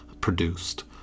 produced